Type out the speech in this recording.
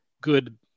good